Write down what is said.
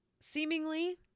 seemingly